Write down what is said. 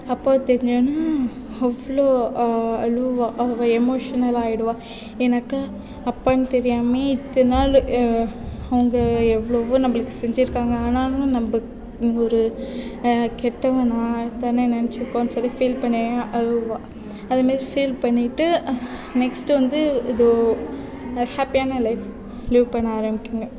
அப்பான்னு தெரிஞ்சவுன்னே இவ்வளோ அழுவாள் அவள் எமோஷ்னலாக ஆகிடுவா ஏன்னாக்கால் அப்பான்னு தெரியாமல் இத்தனி நாள் அவங்க எவ்வளவோ செஞ்சுருக்காங்க ஆனாலும் நம்ம ஒரு கெட்டவனாகதானே நினைச்சிருக்கோம்னு சொல்லி ஃபீல் பண்ணி அழுவாள் அது மாதிரி ஃபீல் பண்ணிவிட்டு நெக்ஸ்ட் வந்து இது ஹாப்பியான லைஃப் லிவ் பண்ண ஆரம்மிக்குங்க